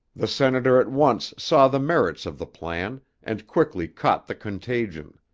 the senator at once saw the merits of the plan and quickly caught the contagion.